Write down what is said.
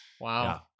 Wow